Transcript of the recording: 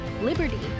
liberty